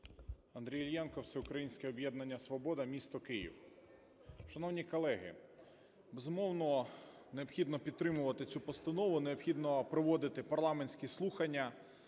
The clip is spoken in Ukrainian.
Андрій Іллєнко, Всеукраїнське об'єднання "Свобода", місто Київ. Шановні колеги, безумовно, необхідно підтримувати цю постанову, необхідно проводити парламентські слухання